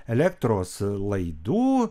elektros laidų